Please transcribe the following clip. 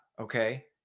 Okay